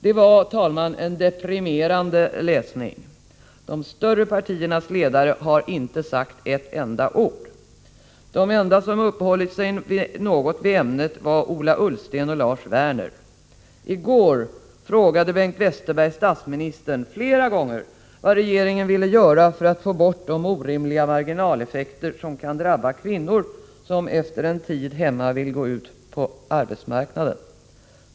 Det var, herr talman, en deprimerande läsning. De större partiernas ledare har inte sagt ett enda ord. De enda som uppehållit sig något vid ämnet är Ola Ullsten och Lars Werner. I går frågade Bengt Westerberg statsministern flera gånger vad regeringen vill göra för att få bort de orimliga marginaleffekter som kan drabba kvinnor som efter en tid hemma vill gå ut på arbetsmarknaden.